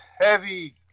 heavy